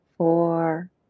Four